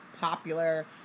popular